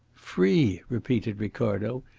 free! repeated ricardo.